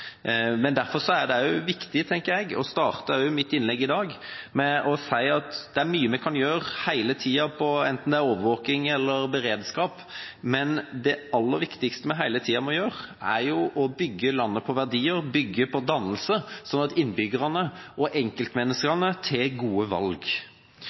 Men derfor er det også viktig, tenker jeg, å starte også mitt innlegg i dag med å si at det er mye vi kan gjøre hele tida, enten det er med overvåkning eller beredskap, men det aller viktigste vi hele tida må gjøre, er å bygge landet på verdier, bygge på dannelse, slik at innbyggerne og